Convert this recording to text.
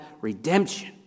redemption